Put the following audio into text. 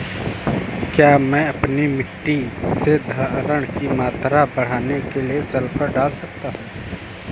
क्या मैं अपनी मिट्टी में धारण की मात्रा बढ़ाने के लिए सल्फर डाल सकता हूँ?